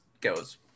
goes